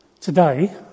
Today